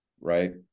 right